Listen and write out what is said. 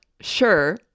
sure